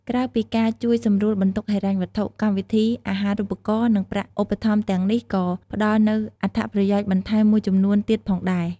ក្រៅពីការ ជួយសម្រួលបន្ទុកហិរញ្ញវត្ថុ កម្មវិធីអាហារូបករណ៍ និងប្រាក់ឧបត្ថម្ភទាំងនេះក៏ ផ្ដល់នូវអត្ថប្រយោជន៍បន្ថែមមួយចំនួនទៀត ផងដែរ។